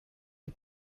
die